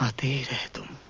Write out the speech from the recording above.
the door!